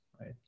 right